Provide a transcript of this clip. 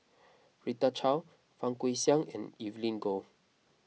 Rita Chao Fang Guixiang and Evelyn Goh